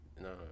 no